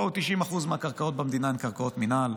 90% מהקרקעות במדינה הן קרקעות מינהל,